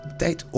tijd